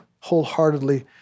wholeheartedly